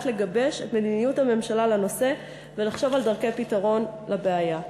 לגבש את מדיניות הממשלה בנושא ולחשוב על דרכי פתרון לבעיה.